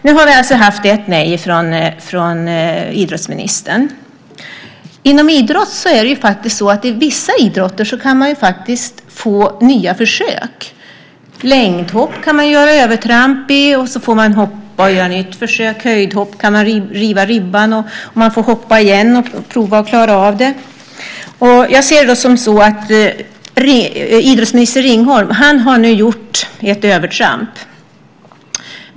Nu har vi alltså haft ett nej från idrottsministern. Inom idrott är det faktiskt så att i vissa idrotter kan man få nya försök. I längdhopp kan man göra övertramp, och då får man göra ett nytt försök. I höjdhopp kan man riva ribban men får hoppa igen och prova att klara av det. Jag ser det som att idrottsminister Ringholm nu har gjort ett övertramp.